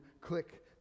click